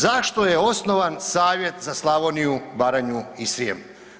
Zašto je osnovan savjet za Slavoniju, Baranju i Srijem?